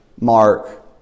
Mark